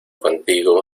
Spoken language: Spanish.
contigo